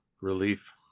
relief